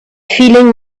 feeling